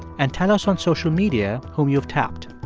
and tell us on social media whom you've tapped.